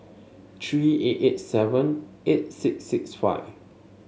three eight eight seven eight six six five